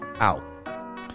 out